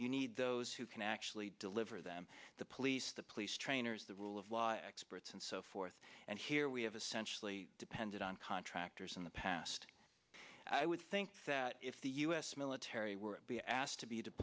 you need those who can actually deliver them the police the police trainers the rule of law experts and so forth and here we have a centrally depended on contractors in the past i would think that if the u s military were being asked to be